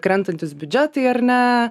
krentantys biudžetai ar ne